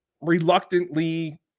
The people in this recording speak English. reluctantly